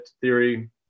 theory